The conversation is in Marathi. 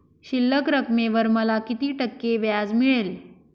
शिल्लक रकमेवर मला किती टक्के व्याज मिळेल?